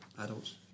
adults